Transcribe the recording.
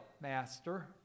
master